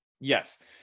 Yes